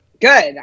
Good